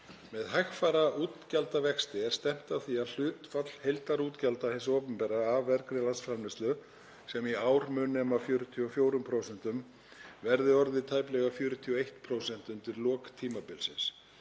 Með hægfara útgjaldavexti er stefnt að því að hlutfall heildarútgjalda hins opinbera af vergri landsframleiðslu sem í ár mun nema um 44%, verði orðið tæplega 41% undir lok tímabilsins.